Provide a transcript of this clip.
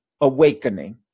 awakening